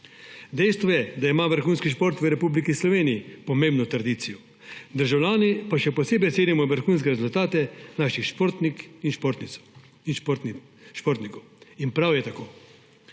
Dejstvo je, da ima vrhunski šport v Republiki Sloveniji pomembno tradicijo. Državljani pa še posebej cenimo vrhunske rezultate naših športnikov in športnic. In prav je tako.